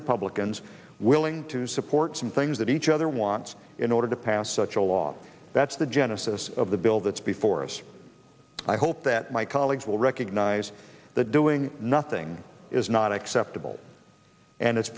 republicans willing to support some things that each other wants in order to pass such a law that's the genesis of the bill that's before us i hope that my colleagues will recognize that doing nothing is not acceptable and it's